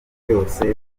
yose